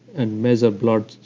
and measure blood,